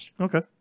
Okay